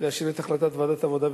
לאשר את החלטת ועדת העבודה,